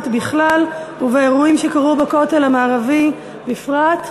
בכלל ובאירועים שקרו בכותל המערבי בפרט,